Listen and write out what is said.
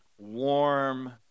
warm